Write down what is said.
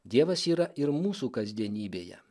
dievas yra ir mūsų kasdienybėje